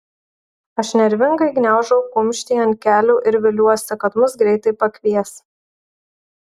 aš nervingai gniaužau kumštį ant kelių ir viliuosi kad mus greitai pakvies